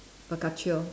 focaccia